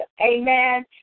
Amen